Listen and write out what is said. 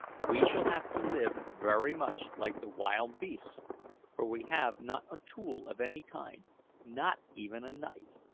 we shall have to live very much like the wild beasts for we have not a tool of any kind not even a knife.